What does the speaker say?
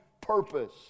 purpose